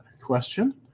question